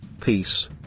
peace